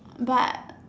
but